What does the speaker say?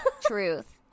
Truth